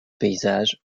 paysage